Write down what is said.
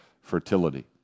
fertility